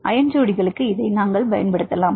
iron ஜோடிகளுக்கு நாங்கள் பயன்படுத்தலாம்